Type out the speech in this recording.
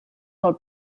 del